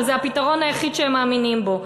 אבל זה הפתרון היחיד שהם מאמינים בו.